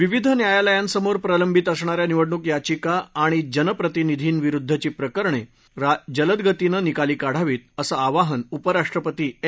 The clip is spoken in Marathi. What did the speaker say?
विविध न्यायालयांसमार प्रलंबित असणा या निवडणूक याचिका आणि जनप्रतिनिधी विरुद्धची प्रकरणे जलदगतीने निकाली काढावी असं आवाहन उपराष्ट्रपती एम